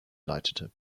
leitete